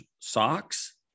socks